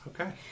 Okay